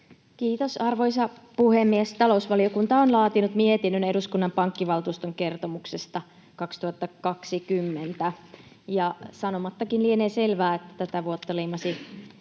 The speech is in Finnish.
Kiitos, arvoisa puhemies! Talousvaliokunta on laatinut mietinnön eduskunnan pankkivaltuuston kertomuksesta 2020. Sanomattakin lienee selvää, että tätä vuotta leimasi